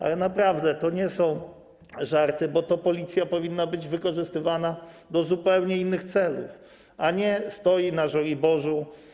Ale naprawdę to nie są żarty, bo Policja powinna być wykorzystywana do zupełnie innych celów niż stanie na Żoliborzu.